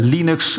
Linux